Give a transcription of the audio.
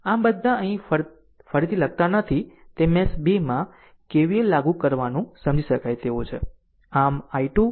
આમ બધા અહીં ફરીથી લખતા નથી તે મેશ 2 માં KVL લાગુ કરવાનું સમજી શકાય તેવું છે